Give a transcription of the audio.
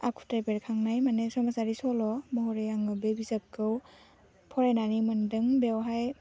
आखुथाइ बेरखांनाय माने समाजारि सल' महरै आङो बे बिजाबखौ फरायनानै मोनदों बेवहाय